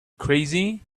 crazy